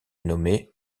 nommait